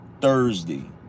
Thursday